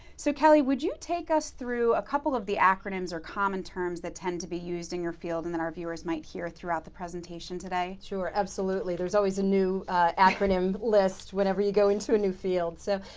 so, kelly, would you take us through a couple of the acronyms or common terms that tend to be used in your field and that our viewers might hear throughout the presentation today? sure, absolutely. there's always a new acronym list whenever you go into a new field. so,